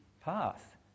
path